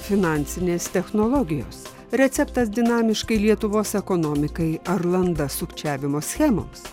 finansinės technologijos receptas dinamiškai lietuvos ekonomikai ar landa sukčiavimo schemoms